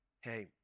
hey